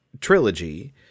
trilogy